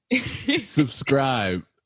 Subscribe